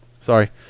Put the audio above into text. sorry